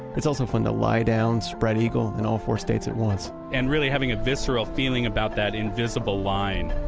it's also fun to lie down spread-eagle, in all four states at once and really having a visceral feeling about that invisible line.